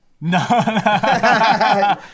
No